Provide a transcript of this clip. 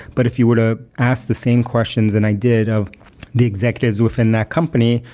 but if you were to ask the same questions and i did of the executives within that company,